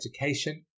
education